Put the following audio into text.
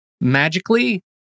magically